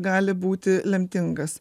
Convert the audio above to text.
gali būti lemtingas